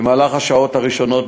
במהלך השעות הראשונות,